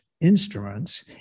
instruments